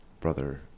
Brother